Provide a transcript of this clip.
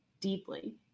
deeply